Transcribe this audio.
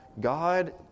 God